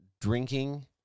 drinking